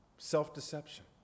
Self-deception